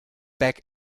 back